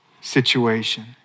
situation